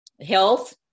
health